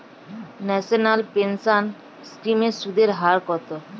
National pension scheme এর সুদের হার কত?